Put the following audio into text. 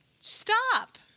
Stop